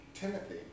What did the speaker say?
Timothy